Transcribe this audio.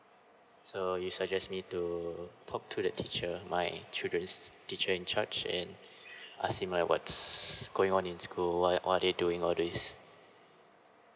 so you suggest me to talk to the teacher my children's teacher in charge and ask him what's going on in school why all they doing all these